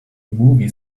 movie